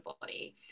body